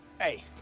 Hey